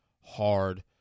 hard